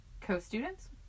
co-students